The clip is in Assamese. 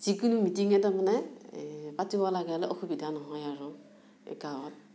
যিকোনো মিটিঙে তাৰমানে পাতিব লগা হ'লে অসুবিধা নহয় আৰু এ গাঁৱত